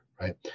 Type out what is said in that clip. right